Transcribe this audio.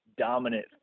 dominant